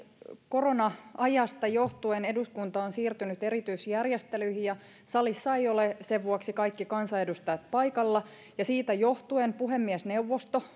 korona ajasta johtuen eduskunta on siirtynyt erityisjärjestelyihin ja salissa eivät ole sen vuoksi kaikki kansanedustajat paikalla siitä johtuen puhemiesneuvosto